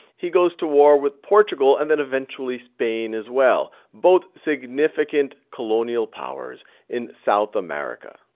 he goes to war with portugal and then eventually spain as well. both significant colonial powers in south america.